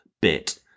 bit